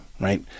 right